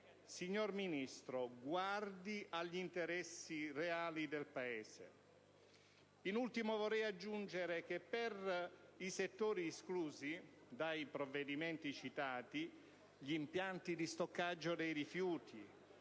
Signor Ministro, guardi agli interessi reali del Paese. In ultimo, vorrei aggiungere che per i settori esclusi dai provvedimenti citati (gli impianti di stoccaggio dei rifiuti,